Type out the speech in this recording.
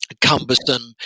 cumbersome